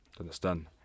Understand